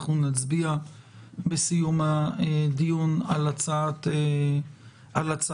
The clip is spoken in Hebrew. אנחנו נצביע בסיום הדיון על הצעת החוק,